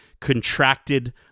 contracted